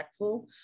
impactful